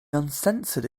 uncensored